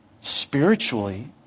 spiritually